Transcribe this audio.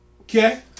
Okay